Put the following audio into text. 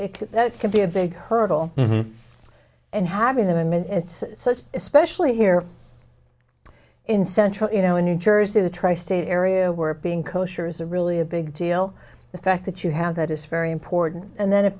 that can be a big hurdle and having them i mean it's such especially here in central you know in new jersey the tri state area we're being kosher is a really a big deal the fact that you have that is very important and then if